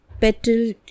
petal